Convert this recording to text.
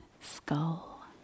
skull